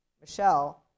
Michelle